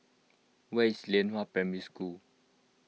where is Lianhua Primary School